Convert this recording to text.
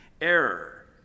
error